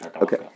Okay